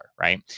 right